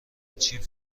چیپ